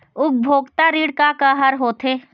उपभोक्ता ऋण का का हर होथे?